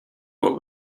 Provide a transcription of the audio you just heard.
what